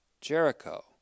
Jericho